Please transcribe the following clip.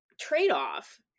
trade-off